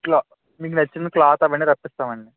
క్లా మీకు నచ్చిన క్లాత్ అవన్ని తెప్పిస్తామండి